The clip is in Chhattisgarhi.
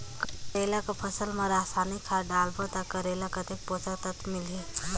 करेला के फसल मा रसायनिक खाद डालबो ता करेला कतेक पोषक तत्व मिलही?